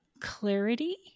clarity